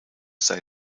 say